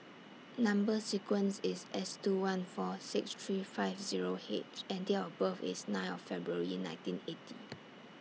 Number sequence IS S two one four six three five Zero H and Date of birth IS nine of February nineteen eighty